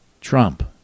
trump